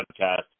podcast